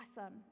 awesome